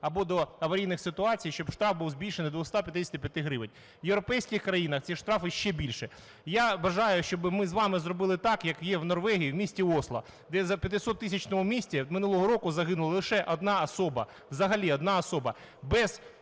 або до аварійних ситуацій, щоб штраф був збільшений до 255 гривень. У європейських країнах ці штрафи ще більші. Я вважаю, щоб ми з вами зробили так, як є у Норвегії в місті Осло, де у п'ятитисячному місті минулого року загинула лише одна особа, взагалі одна особа.